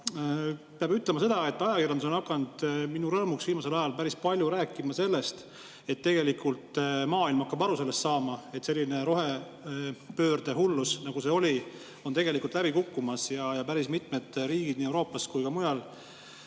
peab ütlema seda, et ajakirjandus on hakanud minu rõõmuks viimasel ajal päris palju rääkima sellest, et tegelikult maailm hakkab sellest aru saama, et selline rohepöördehullus, nagu oli, on tegelikult läbi kukkumas. Päris mitmed riigid nii Euroopas kui ka mujal